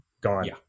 gone